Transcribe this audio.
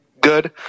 good